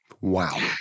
Wow